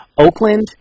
Oakland